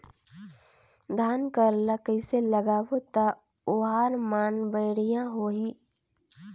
धान कर ला कइसे लगाबो ता ओहार मान बेडिया होही?